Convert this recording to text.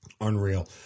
Unreal